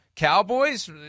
Cowboys